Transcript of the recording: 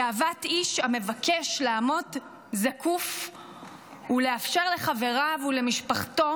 גאוות איש המבקש לעמוד זקוף ולאפשר לחבריו ולמשפחתו